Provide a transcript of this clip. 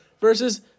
versus